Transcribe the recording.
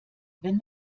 wenn